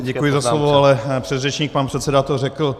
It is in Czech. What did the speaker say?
Děkuji za slovo, ale předřečník, pan předseda to řekl.